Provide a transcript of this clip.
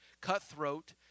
cutthroat